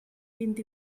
vint